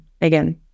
again